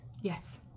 Yes